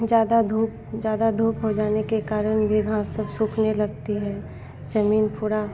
ज़्यादा धूप ज़्यादा धूप हो जाने के कारण भी घाँस सब सूखने लगती है ज़्यादा धूप ज़्यादा धूप हो जाने के कारण भी घाँस सब सूखने लगती है ज़मीन पूरा